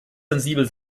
sensibel